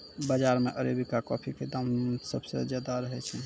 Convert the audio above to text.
बाजार मॅ arabica coffee के दाम सबसॅ ज्यादा रहै छै